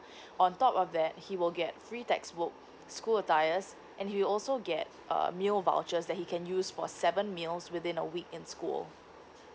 on top of that he will get free textbook school attires and he'll also get err meal vouchers that he can use for seven meals within a week in school